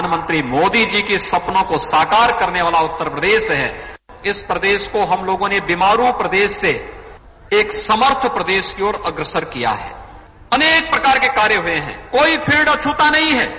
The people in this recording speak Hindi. प्रधानमंत्री मोदी जी के सपनों को साकार करने वाला उत्तर प्रदेश है इस प्रदेश को हम लोगों ने बीमारू प्रदेश से एक समर्थ प्रदेश की ओर अग्रसर किया है अनेक प्रकार के कार्य हुए हैं कोई भी फील्ड अछूता नहीं रहा